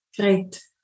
Great